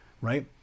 right